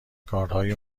کارهای